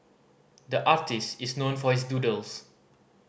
the artist is known for his doodles